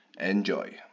Enjoy